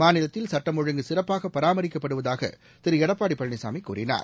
மாநிலத்தில் சட்டம் ஒழுங்கு சிறப்பாகபராமரிக்கப்படுவதாகதிருளடப்பாடிபழனிசாமிகூறினார்